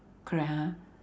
correct ha